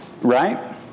right